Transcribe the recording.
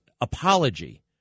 apology